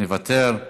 מוותר,